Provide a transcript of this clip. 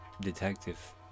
detective